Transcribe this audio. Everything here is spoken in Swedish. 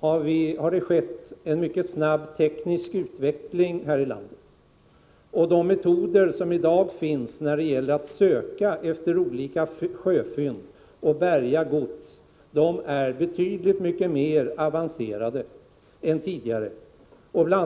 har det skett en mycket snabb teknisk utveckling här i landet. De metoder som i dag finns när det gäller att söka efter olika sjöfynd och bärga gods är betydligt mer avancerade än tidigare. Bl.